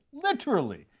literally.